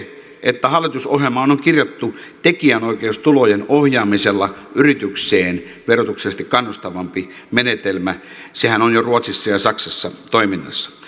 että hallitusohjelmaan on kirjattu tekijänoikeustulojen ohjaamisella yritykseen verotuksellisesti kannustavampi menetelmä sehän on jo ruotsissa ja saksassa toiminnassa